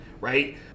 Right